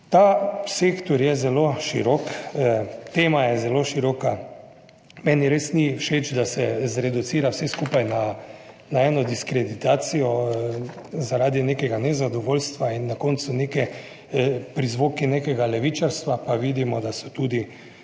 ta sektor je zelo širok, tema je zelo široka. Meni res ni všeč, da se zreducira vse skupaj na eno diskreditacijo zaradi nekega nezadovoljstva in na koncu neke prizvoki nekega levičarstva, pa vidimo, da so tudi